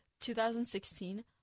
2016